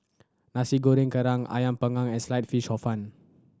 Nasi Goreng Kerang Ayam Panggang and Sliced Fish Hor Fun